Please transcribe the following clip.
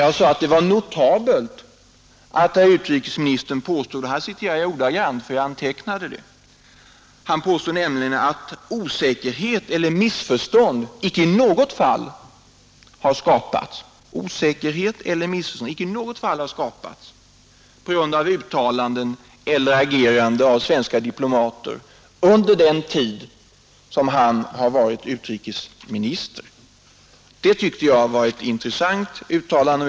Jag sade att det var notabelt att herr utrikesministern påstod att — här citerar jag ordagrant — ”osäkerhet eller missförstånd” inte i något fall har skapats på grund av uttalanden eller ageranden av svenska diplomater under den tid som han varit utrikesminister. Det tyckte jag var ett intressant uttalande.